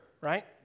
right